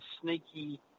sneaky